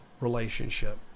relationship